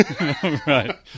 Right